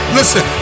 Listen